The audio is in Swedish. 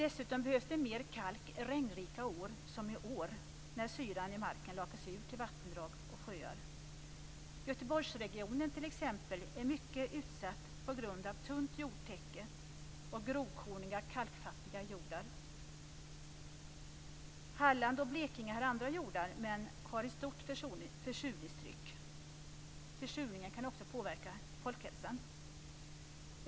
Dessutom behövs det mer kalk regnrika år som i år när syran i marken lakas ur till vattendrag och sjöar. Göteborgsregionen t.ex. är mycket utsatt på grund av tunt jordtäcke och grovkorniga, kalkfattiga jordar. Halland och Blekinge har andra jordar men har ett stort försurningstryck. Försurningen kan också påverka folkhälsan.